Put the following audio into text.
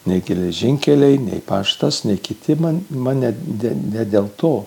nei geležinkeliai nei paštas nei kiti man man ne ne dėl to